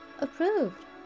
approved